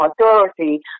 authority